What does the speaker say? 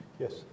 Yes